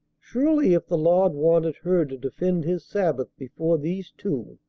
surely, if the lord wanted her to defend his sabbath before these two,